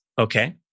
Okay